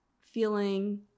feeling